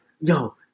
Yo